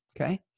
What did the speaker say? okay